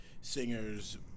singers